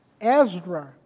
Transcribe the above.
Ezra